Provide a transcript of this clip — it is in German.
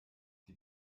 die